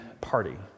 party